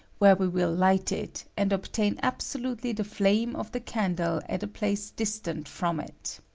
where we will light it, and obtain absolutely the flame of the candle at a place distant from it.